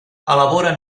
elabora